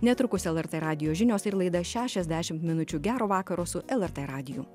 netrukus lrt radijo žinios ir laida šešiasdešimt minučių gero vakaro su lrt radiju